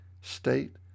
state